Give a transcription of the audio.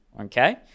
okay